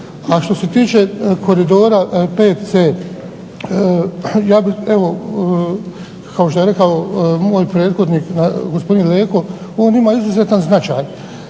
A što se tiče KOridora 5C ja bih kao što je rekao moj prethodnih gospodin Leko on ima izuzetan značaj